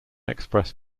express